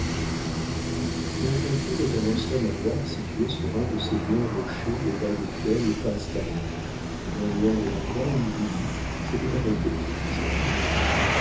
femme montcontour est un ancien manoir situé sur un de ces blonds rochers au bas desquels passe la loire non loin de l'endroit où julie s'était arrêtée en